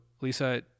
lisa